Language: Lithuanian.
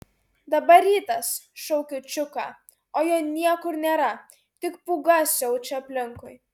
dabar rytas šaukiu čiuką o jo niekur nėra tik pūga siaučia aplinkui